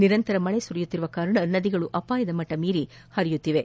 ನಿರಂತರ ಮಳೆ ಸುರಿಯುತ್ತಿರುವ ಕಾರಣ ನದಿಗಳು ಅಪಾಯ ಮಟ್ಟ ಮೀರಿ ಪರಿಯುತ್ತಿವೆ